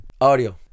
audio